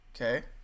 Okay